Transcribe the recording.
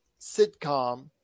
sitcom